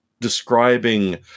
describing